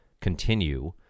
continue